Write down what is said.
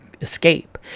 escape